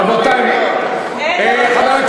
רבותי, איתן כבל, תודה שהפסדתם הפעם.